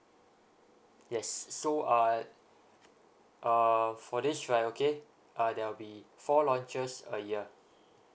yes so uh err for this right okay uh there will be four launches a year